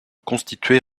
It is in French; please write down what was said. constitué